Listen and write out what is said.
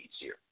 easier